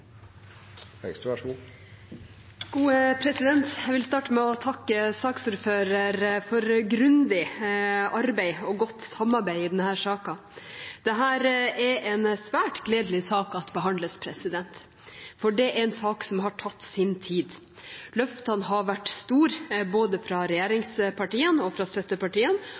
Jeg vil starte med å takke saksordføreren for grundig arbeid og godt samarbeid i denne saken. Det er svært gledelig at denne saken behandles, for det er en sak som har tatt sin tid. Løftene har vært store både fra regjeringspartiene og fra